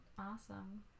Awesome